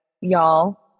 y'all